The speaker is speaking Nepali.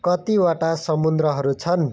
कतिवटा समुद्रहरू छन्